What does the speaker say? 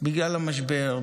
בגלל המשבר,